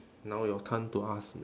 now your turn to ask me